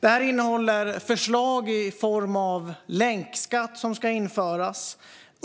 Man vill införa länkskatt och